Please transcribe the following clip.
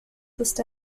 ist